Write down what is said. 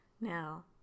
Now